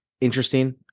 interesting